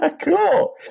Cool